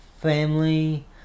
family